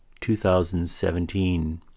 2017